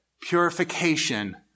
purification